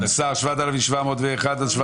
5,601 עד